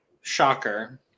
Shocker